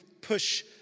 push